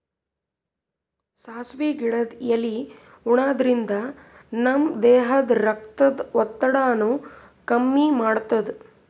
ಸಾಸ್ವಿ ಗಿಡದ್ ಎಲಿ ಉಣಾದ್ರಿನ್ದ ನಮ್ ದೇಹದ್ದ್ ರಕ್ತದ್ ಒತ್ತಡಾನು ಕಮ್ಮಿ ಮಾಡ್ತದ್